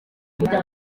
kujya